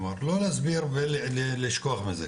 כלומר לא להסביר ולשכוח מזה,